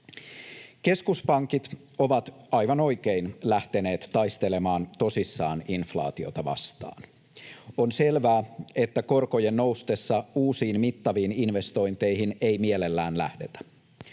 Keskuspankit ovat, aivan oikein, lähteneet taistelemaan tosissaan inflaatiota vastaan. On selvä, että korkojen noustessa uusiin mittaviin investointeihin ei mielellään lähdetä.